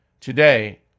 Today